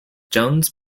jones